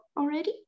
already